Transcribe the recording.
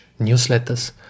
newsletters